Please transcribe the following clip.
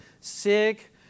sick